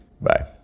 Bye